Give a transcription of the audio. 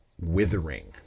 withering